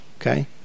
okay